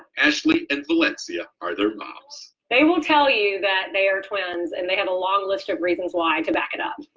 ashleigh and valencia are their moms. they will tell you that they are twins, and they had a long list of reasons why and to back it up.